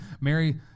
Mary